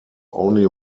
only